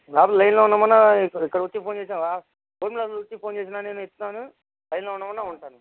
లోపల లైన్లో ఉండమని అన్నాఇక్కడికి వచ్చి ఫోన్ చేశావా గవర్నమెంట్ హాస్పిటల్కి వచ్చి ఫోన్ చేసిన నేను ఎత్తుతాను లైన్లో ఉండమని అన్నా ఉంటాను